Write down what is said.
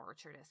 orchardist